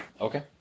Okay